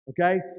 Okay